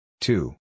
Two